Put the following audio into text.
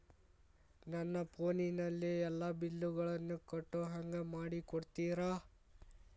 ನನ್ನ ಫೋನಿನಲ್ಲೇ ಎಲ್ಲಾ ಬಿಲ್ಲುಗಳನ್ನೂ ಕಟ್ಟೋ ಹಂಗ ಮಾಡಿಕೊಡ್ತೇರಾ?